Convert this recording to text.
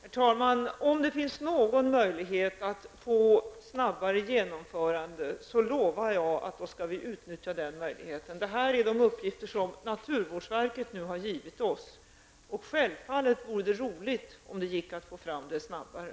Herr talman! Om det finns någon möjlighet att åstadkomma ett snabbare genomförande, lovar jag att vi skall utnyttja den möjligheten. Det här är de uppgifter som naturvårdsverket har gett oss. Det vore självfallet roligt om det gick att få fram det snabbare.